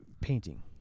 painting